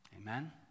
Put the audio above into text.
Amen